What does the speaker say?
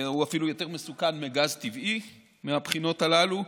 הוא אפילו יותר מסוכן מגז טבעי מהבחינות הללו,